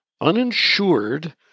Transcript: uninsured